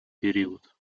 период